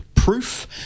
proof